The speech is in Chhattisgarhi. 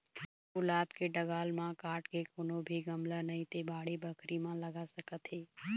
गुलाब के डंगाल ल काट के कोनो भी गमला नइ ते बाड़ी बखरी म लगा सकत हे